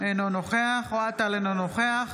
אינו נוכח אוהד טל, אינו נוכח